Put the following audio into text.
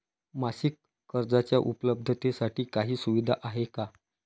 मासिक कर्जाच्या उपलब्धतेसाठी काही सुविधा आहे का?